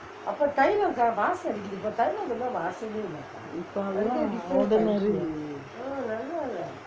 இப்பே லாம்:ippa laam ordinary